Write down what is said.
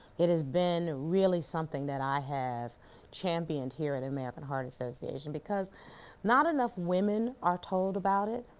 it has been really something that i have championed here at american heart association because not enough women are told about it,